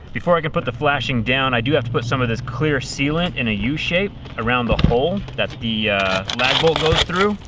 before i can put the flashing down i do have to put some of this clear sealant in a u shape around the hole that the lag bolt goes through,